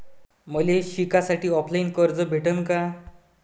मले शिकासाठी ऑफलाईन कर्ज भेटन का?